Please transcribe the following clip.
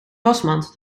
wasmand